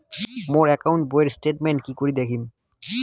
মোর account বইয়ের statement কি করি দেখিম?